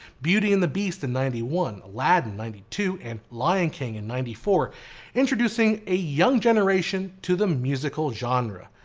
beauty and the beast and ninety one, aladdin ninety two, and lion king in ninety four introducing a young generation to the musical genre.